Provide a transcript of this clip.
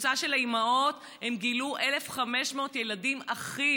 בקבוצה של האימהות הן גילו 1,500 ילדים אחים.